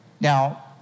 Now